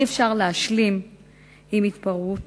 אי-אפשר להשלים עם התפרעות